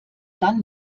dann